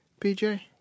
PJ